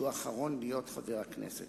שהוא האחרון להיות חבר הכנסת.